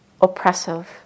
oppressive